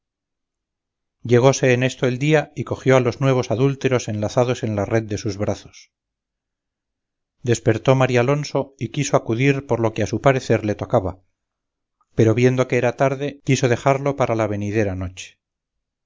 llegóse en esto el día y cogió a los nuevos adúlteros enlazados en la red de sus brazos despertó marialonso y quiso acudir por lo que a su parecer le tocaba pero viendo que era tarde quiso dejarlo para la venidera noche